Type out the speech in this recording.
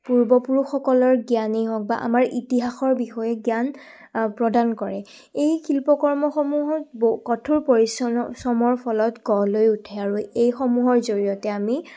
পূৰ্বপুৰুষসকলৰ জ্ঞানেই হওক বা আমাৰ ইতিহাসৰ বিষয়ে জ্ঞান প্ৰদান কৰে এই শিল্পকৰ্মসমূহত ব কঠোৰ পৰিচ শ্ৰমৰ ফলত গঢ় লৈ উঠে আৰু এইসমূহৰ জৰিয়তে আমি